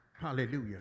hallelujah